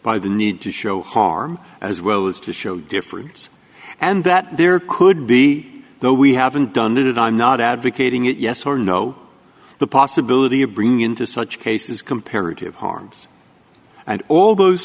by the need to show harm as well as to show difference and that there could be no we haven't done that i'm not advocating it yes or no the possibility of bringing into such cases comparative harms and all those